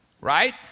Right